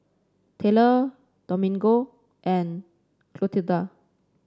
Tayler Domingo and Clotilda